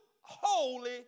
holy